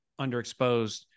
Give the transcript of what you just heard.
underexposed